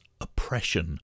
oppression